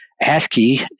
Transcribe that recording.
ASCII